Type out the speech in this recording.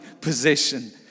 possession